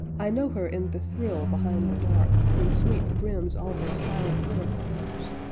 i know her in the thrill behind the dark when sleep brims all her silent thoroughfares.